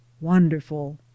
Wonderful